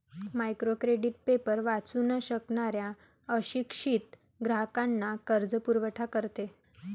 micro credit paper वाचू न शकणाऱ्या अशिक्षित ग्राहकांना कर्जपुरवठा करते